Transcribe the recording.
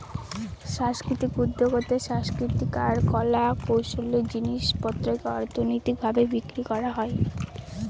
সাংস্কৃতিক উদ্যক্তাতে সাংস্কৃতিক আর কলা কৌশলের জিনিস পত্রকে অর্থনৈতিক ভাবে বিক্রি করা হয়